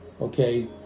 Okay